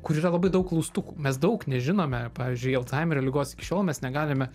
kur yra labai daug klaustukų mes daug nežinome pavyzdžiui alzheimerio ligos iki šiol mes negalime